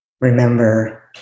remember